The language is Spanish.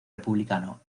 republicano